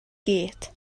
gyd